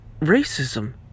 racism